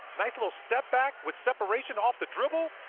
nice little step-back with separation off the dribble,